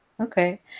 Okay